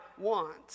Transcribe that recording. want